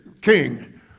king